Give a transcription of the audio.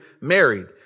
married